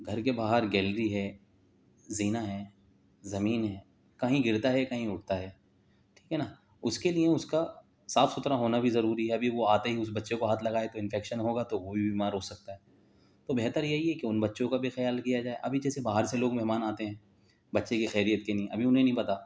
گھر کے باہر گیلری ہے زینہ ہے زمین ہے کہیں گرتا ہے کہیں اٹھتا ہے ٹھیک ہے نا اس کے لیے اس کا صاف ستھرا ہونا بھی ضروری ہے ابھی وہ آتے ہی اس بچے کو ہاتھ لگائے تو انفیکشن ہوگا تو وہ بھی بیمار ہو سکتا ہے تو بہتر یہی ہے کہ ان بچوں کا بھی خیال کیا جائے ابھی جیسے باہر سے لوگ مہمان آتے ہیں بچے کی خیریت کے لیے ابھی انہیں نہیں پتہ